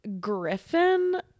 Griffin